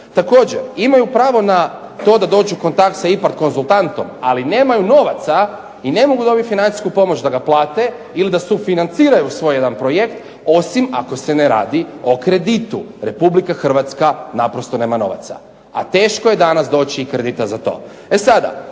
Također, imaju pravo na to da dođu u kontakt sa IPARD konzultantom, ali nemaju novaca i ne mogu dobiti financijsku pomoć da ga plate ili da sufinanciraju svoj jedan projekt osim ako se ne radi o kreditu RH naprosto nema novaca. A teško je danas doći do kredita za to. E sada,